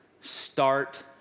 Start